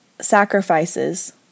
sacrifices